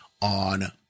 on